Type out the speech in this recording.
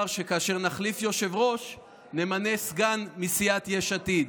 שכאשר נחליף יושב-ראש נמנה סגן מסיעת יש עתיד,